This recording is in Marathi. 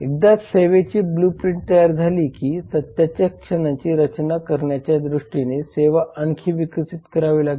एकदा सेवेची ब्लूप्रिंट तयार झाली की सत्याच्या क्षणांची रचना करण्याच्या दृष्टीने सेवा आणखी विकसित करावी लागेल